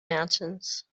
mountains